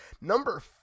Number